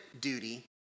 duty